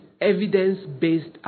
evidence-based